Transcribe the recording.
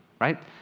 right